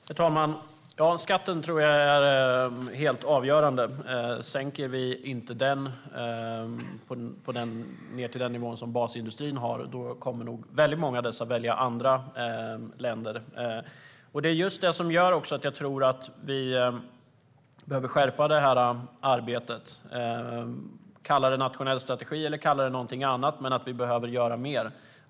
Herr talman! Skatten tror jag är helt avgörande. Sänker vi den inte till samma nivå som basindustrin kommer nog väldigt många av dessa att välja andra länder. Det är just detta som gör att jag tror att vi behöver skärpa det här arbetet: Kalla det nationell strategi eller något annat, men vi behöver göra mer!